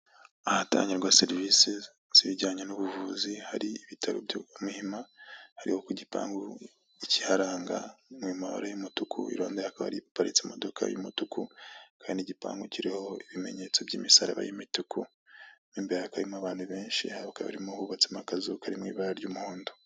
Ahatangirwa serivisi z'ibijyanye n'ubuvuzi, hari ibitaro bya Muhima. Hariho ku gipangu ikiharanga Mumabaro y'umutuku imodoka akaba iparitse, imodoka y'umutuku. kandi igipangu kiriho ibimenyetso by'imisaraba y'imituku mwimbere hakaba harimo abantu benshi. iruhande hubatsemo akazu karimo ibara ry'umuhondo.